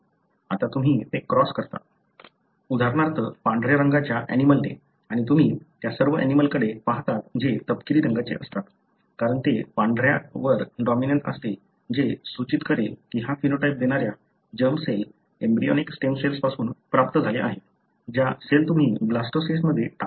आता तुम्ही ते क्रॉस करता उदाहरणार्थ पांढर्या रंगाच्या ऍनिमलंने आणि तुम्ही त्या सर्व ऍनिमलंकडे पाहता जे तपकिरी रंगाचे असतात कारण ते पांढऱ्यावर डॉमिनंट असते जे सूचित करेल की हा फेनोटाइप देणाऱ्या जर्मसेल एम्ब्रियोनिक स्टेम सेल्स पासून प्राप्त झाल्या आहेत ज्या सेल तुम्ही ब्लास्टोसिस्टमध्ये टाकल्या आहेत